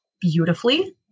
beautifully